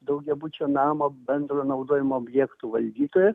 daugiabučio namo bendrojo naudojimo objektų valdytoją